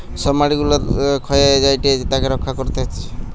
সব মাটি গুলা ক্ষয়ে যায়েটে তাকে রক্ষা করা হতিছে